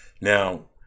Now